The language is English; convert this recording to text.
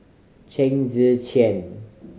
Chen Tze Chien